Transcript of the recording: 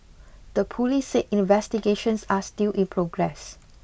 the police said investigations are still in progress